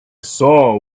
saw